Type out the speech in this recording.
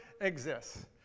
exists